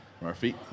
Murphy